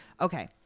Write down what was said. Okay